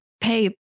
pay